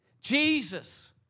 Jesus